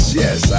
yes